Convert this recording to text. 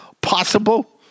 possible